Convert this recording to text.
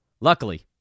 Luckily